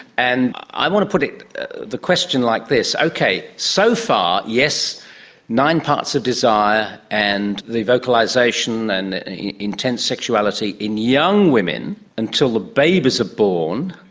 and i want to put the question like this okay, so far, yes nine parts of desire and the vocalisation and the intense sexuality in young women until the babies are born,